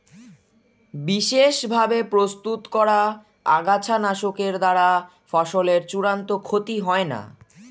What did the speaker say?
বিশেষ ভাবে প্রস্তুত করা আগাছানাশকের দ্বারা ফসলের চূড়ান্ত ক্ষতি হয় না